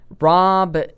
Rob